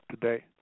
Today